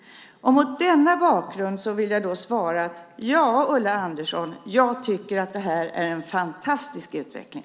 Mot denna bakgrund vill jag svara Ulla Andersson att jag tycker att detta är en fantastisk utveckling!